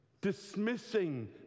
Dismissing